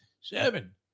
seven